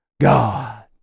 God